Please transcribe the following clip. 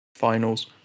finals